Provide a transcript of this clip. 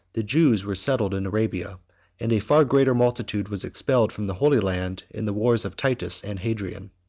the jews were settled in arabia and a far greater multitude was expelled from the holy land in the wars of titus and hadrian.